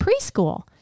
preschool